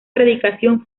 predicación